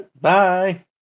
Bye